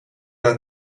las